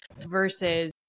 Versus